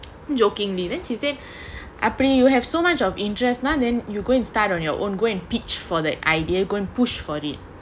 jokingly then she said apri you have so much of interest now then you go and start on your own go and pitch for the idea go and push for it